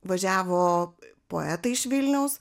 važiavo poetai iš vilniaus